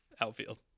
outfield